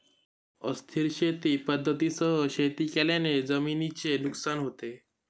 अस्थिर शेती पद्धतींसह शेती केल्याने जमिनीचे नुकसान होते